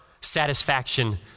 satisfaction